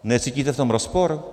Necítíte v tom rozpor?